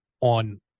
on